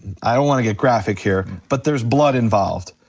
i don't wanna get graphic here but there's blood involved.